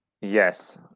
Yes